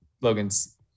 Logan's